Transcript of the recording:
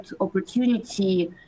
opportunity